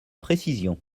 précision